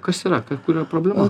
kas yra ka kur yra problema